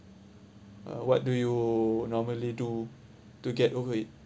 uh what do you normally do to get over it